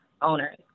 owners